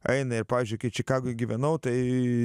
eina ir pavyzdžiui kai čikagoj gyvenau tai